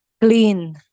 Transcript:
clean